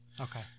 okay